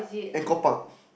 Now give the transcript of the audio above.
Angkor park